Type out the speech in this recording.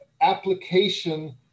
application